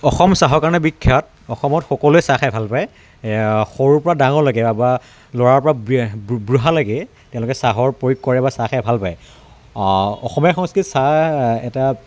অসম চাহৰ কাৰণে বিখ্যাত অসমত সকলোৱে চাহ খাই ভাল পায় সৰুৰ পৰা ডাঙৰলৈকে তাৰ পৰা ল'ৰাৰ পৰা বৃ বুঢ়ালৈকে তেওঁলোকে চাহৰ প্ৰয়োগ কৰে বা চাহ খাই ভালপায় অসমীয়া সংস্কৃতিত চাহ এটা